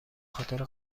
خاطر